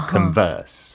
Converse